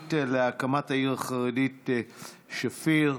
התוכנית להקמת העיר החרדית שפיר.